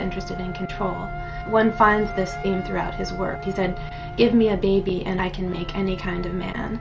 interested in control one find this throughout his work he did give me a baby and i can make any kind of man